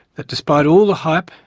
that despite all the hype,